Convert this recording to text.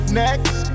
next